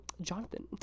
Jonathan